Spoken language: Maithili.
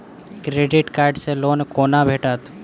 क्रेडिट कार्ड सँ लोन कोना भेटत?